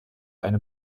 eine